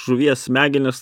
žuvies smegenys